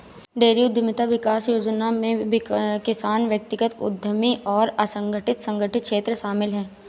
dairy उद्यमिता विकास योजना में किसान व्यक्तिगत उद्यमी और असंगठित संगठित क्षेत्र शामिल है